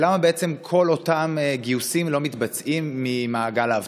למה בעצם כל אותם גיוסים לא מתבצעים ממעגל האבטלה?